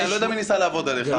אני לא יודע מי ניסה לעבוד עליך.